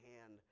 hand